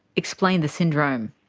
explained the syndrome.